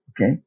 okay